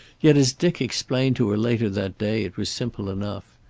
yet, as dick explained to her later that day, it was simple enough.